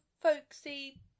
folksy